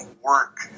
work